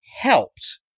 helped